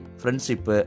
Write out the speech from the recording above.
friendship